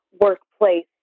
workplace